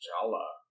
Jala